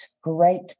great